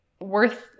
worth